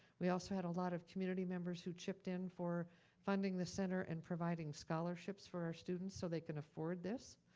we also had a lot of community members who chipped in for funding the center and providing scholarships for students so they can afford this.